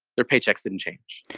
their paychecks didn't change